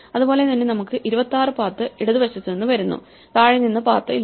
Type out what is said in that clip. അതുപോലെ തന്നെ നമുക്ക് 26 പാത്ത് ഇടതുവശത്ത് നിന്ന് വരുന്നു താഴെ നിന്ന് പാത്ത് ഇല്ല